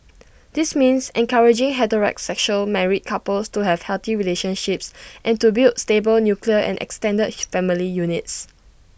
this means encouraging heterosexual married couples to have healthy relationships and to build stable nuclear and extended family units